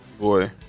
Boy